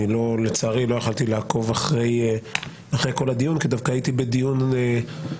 אני לצערי לא יכולתי לעקוב אחרי כל הדיון כי דווקא הייתי בדיון לגבי